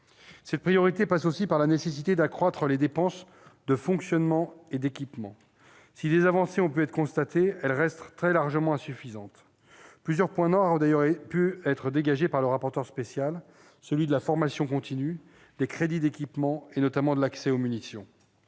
Cette priorité passe aussi par la nécessité d'accroître les dépenses de fonctionnement et d'équipement. Si des avancées ont pu être constatées, elles restent très largement insuffisantes. Plusieurs points noirs ont d'ailleurs été dégagés par le rapporteur spécial : la formation continue et les crédits d'équipements, notamment ceux de l'accès aux munitions.